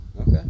Okay